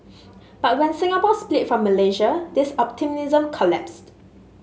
but when Singapore split from Malaysia this optimism collapsed